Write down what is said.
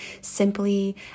simply